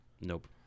Nope